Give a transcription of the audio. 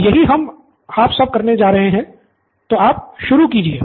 अब यही हम आप सब करने जा रहे हैं तो तो आप शुरू कीजिए